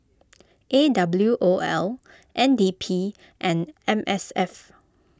A W O L N D P and M S F